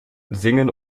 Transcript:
singen